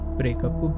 breakup